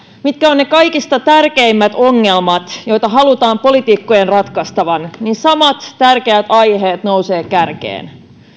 mitkä ovat ne kaikista tärkeimmät ongelmat joita halutaan poliitikkojen ratkaisevan niin samat tärkeät aiheet nousevat kärkeen